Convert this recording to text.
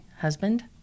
husband